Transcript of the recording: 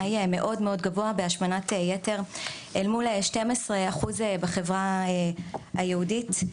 מאוד מאוד גבוה בהשמנת יתר אל מול 12% בחברה היהודית,